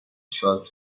شارژ